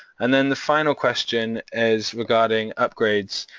and then the final question is regarding upgrades.